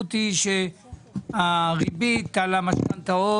המציאות היא שהריבית על המשכנתאות